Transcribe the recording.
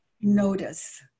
notice